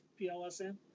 plsn